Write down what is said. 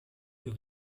più